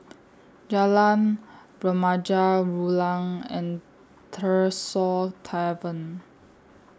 Jalan Remaja Rulang and Tresor Tavern